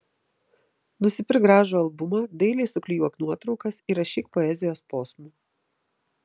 nusipirk gražų albumą dailiai suklijuok nuotraukas įrašyk poezijos posmų